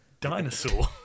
Dinosaur